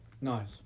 Nice